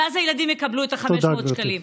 ואז הילדים יקבלו את ה-500 שקלים.